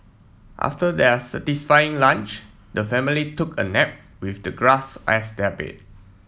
after their satisfying lunch the family took a nap with the grass as their bed